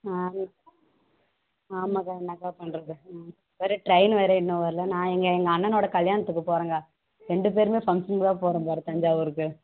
ஆமாக்கா என்னக்கா பண்ணுறது ம் வேறு ட்ரெயின் வேறு இன்னும் வரல நான் இங்கே எங்கள் அண்ணனோட கல்யாணத்துக்கு போகிறேன்க்கா ரெண்டு பேரும் ஃபங்ஷனுக்காக போகிறோம் பார் தஞ்சாவூருக்கு